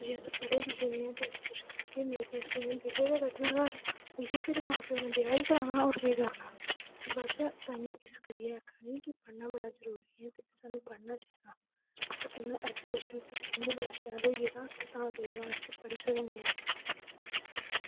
जे अस पढ़े लिखे दे आं ते अस किश करगे नेईं ते असें इ'यां बेह्ल्ले गै बैठना घर इ'यै फिर मां प्यो ने ब्याह् गै कराना होर केह् बस तांइयैं इस करियै आखा नी कि पढ़ना बड़ा जरूरी ऐ सानूं पढ़ना चाहिदा हून ऐजुकेशन सिस्टम बी बड़ा शैल होई गेदा ते तां करियै अस पढ़ी सकने आं